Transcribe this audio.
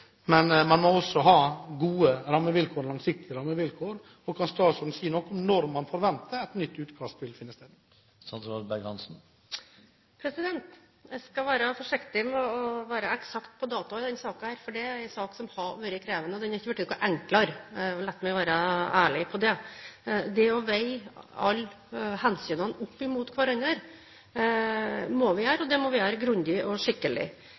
Men man må også ha gode og langsiktige rammevilkår. Kan statsråden si noe om når man forventer at et nytt utkast vil komme? Jeg skal være forsiktig med å være eksakt på dato i denne saken, for det er en sak som har vært krevende, og den har ikke blitt enklere, la meg være ærlig på det. Vi må veie alle hensyn opp mot hverandre, og det må vi gjøre grundig og skikkelig.